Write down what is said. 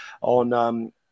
on